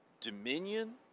Dominion